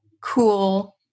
cool